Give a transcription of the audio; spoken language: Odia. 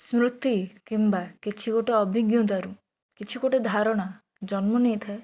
ସ୍ମୃତି କିମ୍ବା କିଛି ଗୋଟେ ଅଭିଜ୍ଞତାରୁ କିଛି ଗୋଟେ ଧାରଣା ଜନ୍ମ ନେଇଥାଏ